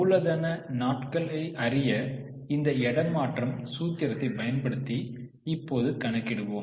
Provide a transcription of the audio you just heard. மூலதன நாட்கள் அறிய இந்த இடமாற்றம் சூத்திரத்தைப் பயன்படுத்தி இப்போது கணக்கிடுவோம்